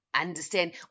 understand